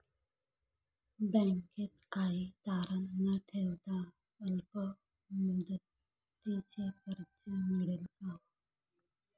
बँकेत काही तारण न ठेवता अल्प मुदतीचे कर्ज मिळेल का?